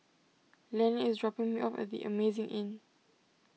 Lenny is dropping me off at the Amazing Inn